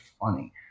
funny